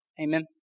Amen